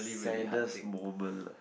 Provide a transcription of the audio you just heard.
saddest moment leh